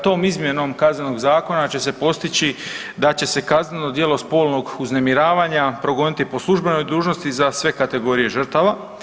Tom izmjenom Kaznenog zakona će se postići da će se kazneno djelo spolnog uznemiravanja progoniti po službenoj dužnosti za sve kategorije žrtava.